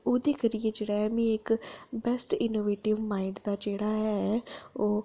ओह्दे करियै में इक बैस्ट इनोबेटिब माईंड दा जेह्ड़ा ऐ ओह् अवार्ड